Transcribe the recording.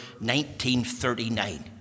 1939